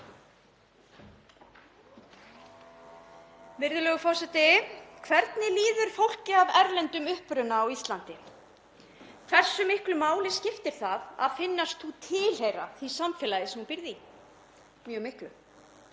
Virðulegur forseti. Hvernig líður fólki af erlendum uppruna á Íslandi? Hversu miklu máli skiptir það að finnast þú tilheyra því samfélagi sem þú býrð í? Mjög miklu.